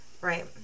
right